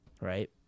Right